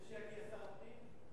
כדי שיגיע שר הפנים?